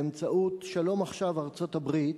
באמצעות "שלום עכשיו" ארצות-הברית,